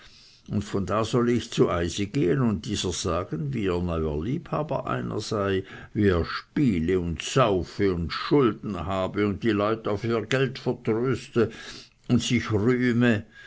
und von da solle ich zu eysin gehen und dieser sagen wie ihr neuer liebhaber einer sei wie er spiele und saufe und schulden habe und die leut auf ihr geld vertröste und sich rühme